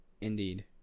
Indeed